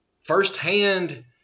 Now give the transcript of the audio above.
firsthand